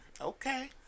Okay